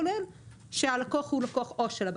כולל שהלקוח הוא לקוח עו"ש של הבנק,